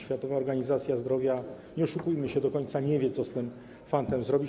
Światowa Organizacja Zdrowia, nie oszukujmy się, do końca nie wie, co z tym fantem zrobić.